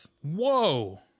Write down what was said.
Whoa